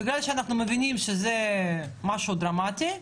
בגלל שאנחנו מבינים שזה משהו דרמטי,